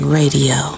radio